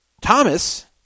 Thomas